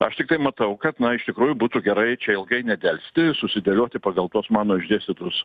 aš tiktai matau kad na iš tikrųjų būtų gerai čia ilgai nedelsti susidėlioti pagal tuos mano išdėstytus